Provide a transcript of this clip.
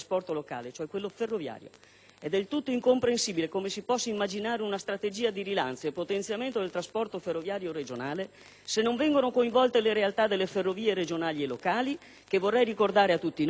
È del tutto incomprensibile come si possa immaginare una strategia di rilancio e potenziamento del trasporto ferroviario regionale se non vengono coinvolte le realtà delle ferrovie regionali e locali che, vorrei ricordare a tutti noi, servono 5.000 Comuni